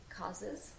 causes